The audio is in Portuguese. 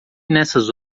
nessas